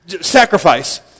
sacrifice